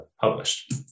published